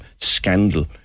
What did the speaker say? scandal